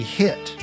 hit